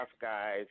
guys